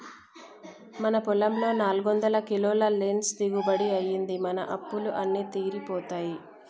మన పొలంలో నాలుగొందల కిలోల లీన్స్ దిగుబడి అయ్యింది, మన అప్పులు అన్నీ తీరిపోతాయి